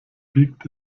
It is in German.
biegt